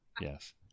yes